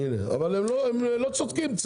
אבל הם לא צודקים,